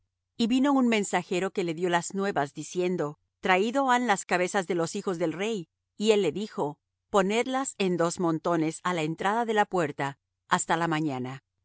y vino un mensajero que le dió las nuevas diciendo traído han las cabezas de los hijos del rey y él le dijo ponedlas en dos montones á la entrada de la puerta hasta la mañana